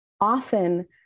often